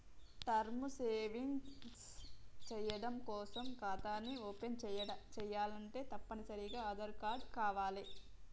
term savings చెయ్యడం కోసం ఖాతాని ఓపెన్ చేయాలంటే తప్పనిసరిగా ఆదార్ కార్డు కావాలే